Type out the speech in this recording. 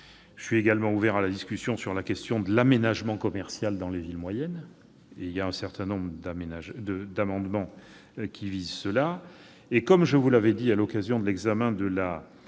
Je suis également ouvert à la discussion sur la question de l'aménagement commercial dans les villes moyennes, qui fait l'objet d'un certain nombre d'amendements. Comme je vous l'avais dit à l'occasion de l'examen de la